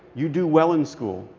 you do well in school,